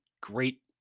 great